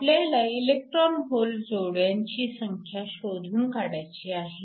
आपल्याला electron hole जोड्यांची संख्या शोधून काढायची आहे